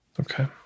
Okay